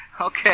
Okay